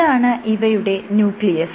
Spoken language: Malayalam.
ഇതാണ് ഇവയുടെ ന്യൂക്ലിയസ്